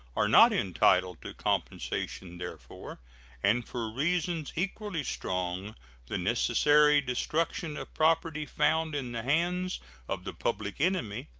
are not entitled to compensation therefor and for reasons equally strong the necessary destruction of property found in the hands of the public enemy,